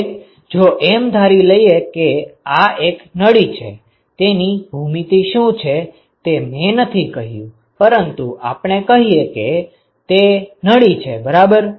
હવે જો એમ ધારી લઈએ કે આ એક નળી છે તેની ભૂમિતિ શું છે તે મેં નથી કહ્યું પરંતુ આપણે કહીએ કે તે નળી છેબરાબર